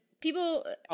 people